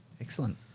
Excellent